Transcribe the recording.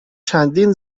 چندین